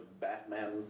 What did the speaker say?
Batman